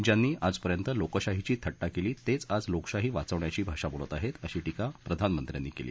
ज्यांनी आजपर्यंत लोकशाहीची थट्टा केली तेच आज लोकशाही वाचवण्याची भाषा बोलत आहेत अशी टीका प्रधानमंत्र्यांनी विरोधकांवर केली